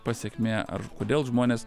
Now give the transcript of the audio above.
pasekmė ar kodėl žmonės